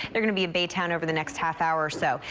they're going to be in baytown over the next half hour or so.